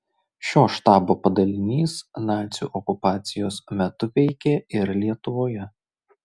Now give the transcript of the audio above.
šio štabo padalinys nacių okupacijos metu veikė ir lietuvoje